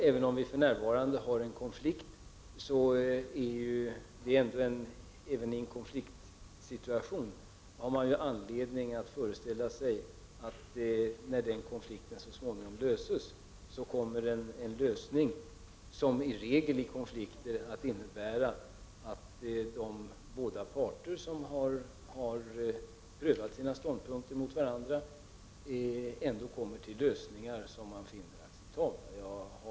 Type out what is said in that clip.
Även om vi för närvarande har en konfliktsituation har man anledning att föreställa sig att när den så småningom upphör så innebär det — i denna konflikt liksom i konflikter i regel — att de båda parter som har prövat sina stånd punkter mot varandra har kommit fram till lösningar som de finner acceptabla.